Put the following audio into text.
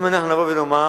אם אנחנו נבוא ונאמר: